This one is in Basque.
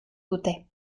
dute